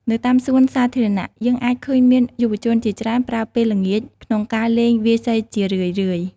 នៅតាមសួនសាធារណៈ យើងអាចឃើញមានយុវជនជាច្រើនប្រើពេលល្ងាចក្នុងការលេងវាយសីជារឿយៗ។